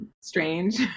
strange